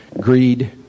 greed